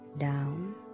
down